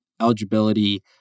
eligibility